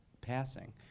passing